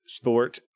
sport